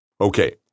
Okay